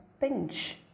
pinch